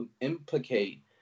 implicate